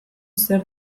zer